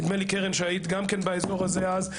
נדמה לי קרן שהיית באזור הזה אז.